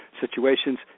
situations